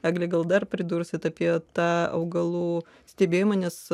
egle gal dar pridursit apie tą augalų stebėjimą nes